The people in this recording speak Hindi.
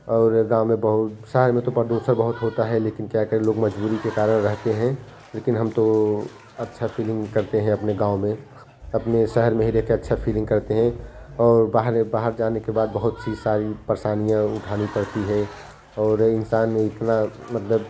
और गाँव में बहुत शहर में पदूषण बहुत होता है लेकिन क्या करे लोग मजबूरी के कारण रहते हैं लेकिन हम तो अच्छा फीलिंग करते हैं अपने गाँव में अपने शहर में ही रहकर अच्छा फीलिंग करते हैं और बाहर बाहर जाने के बाद बहुत सी सारी परेशानियाँ उठानी पड़ती हैं और इंसान में इतना मतलब